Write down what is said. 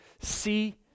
see